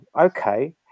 Okay